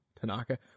Tanaka